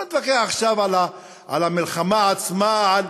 לא אתווכח עכשיו על המלחמה עצמה.